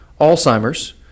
Alzheimer's